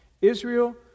Israel